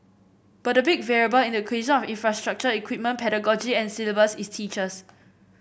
but the big variable in the equation if infrastructure equipment pedagogy and syllabus is teachers